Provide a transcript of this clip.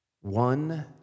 One